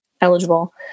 eligible